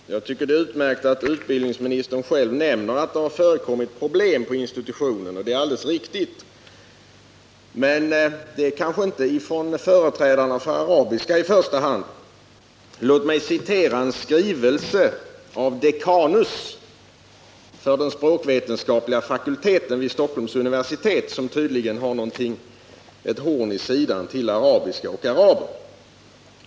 Herr talman! Jag tycker det är utmärkt att utbildningsministern själv nämner att det har förekommit problem på institutionen — och det är alldeles riktigt. Men det är kanske inte företrädarna för arabiska i första hand som har orsakat de problemen. Låt mig citera en skrivelse av dekanus för den språkvetenskapliga fakulteten vid Stockhelms universitet, som tydligen har ett horn i sidan till arabiska och araber.